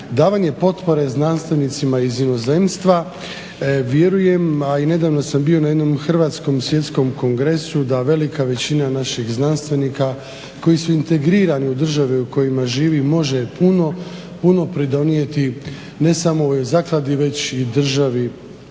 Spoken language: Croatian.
davanje potpore znanstvenicima iz inozemstva. Vjerujem, a i nedavno sam bio na jednom hrvatskom svjetskom kongresu da velika većina naših znanstvenika koji su integrirani u države u kojima živi može puno pridonijeti ne samo ovoj zakladi već i državi